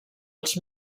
els